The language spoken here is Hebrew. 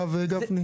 הרב גפני?